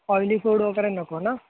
oily food वगैरे नको ना